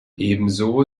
ebenso